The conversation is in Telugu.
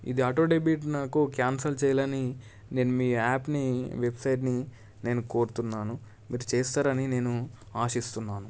ఇది ఆటో డెబిట్ నాకు క్యాన్సిల్ చేయాలని నేను మీ యాప్ని వెబ్సైట్ని నేను కోరుతున్నాను మీరు చేస్తారని నేను ఆశిస్తున్నాను